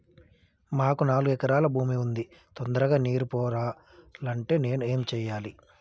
మాకు నాలుగు ఎకరాల భూమి ఉంది, తొందరగా నీరు పారాలంటే నేను ఏం చెయ్యాలే?